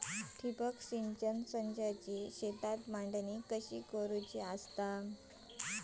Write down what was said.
ठिबक सिंचन संचाची शेतात मांडणी कशी करुची हा?